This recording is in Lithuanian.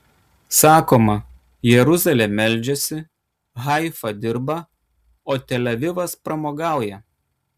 sakoma jeruzalė meldžiasi haifa dirba o tel avivas pramogauja